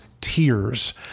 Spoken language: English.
tears